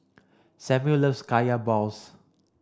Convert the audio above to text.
Samual loves Kaya balls